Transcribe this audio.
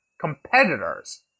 competitors